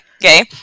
okay